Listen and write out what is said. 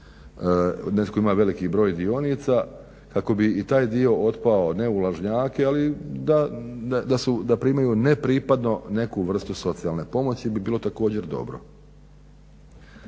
netko ima veliki broj dionica kako bi i taj dio otpao ne u lažnjake ali da primaju nepripadno neku vrstu socijalne pomoći bi bilo također dobro.